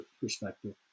perspective